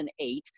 2008